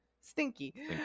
stinky